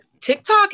TikTok